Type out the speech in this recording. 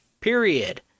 Period